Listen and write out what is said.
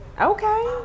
Okay